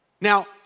Now